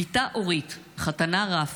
בתה אורית, חתנה רפי,